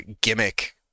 gimmick